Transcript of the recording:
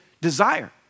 desire